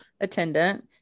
attendant